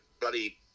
bloody